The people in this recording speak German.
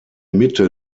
mitte